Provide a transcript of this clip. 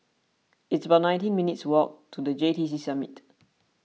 it's about nineteen minutes' walk to the J T C Summit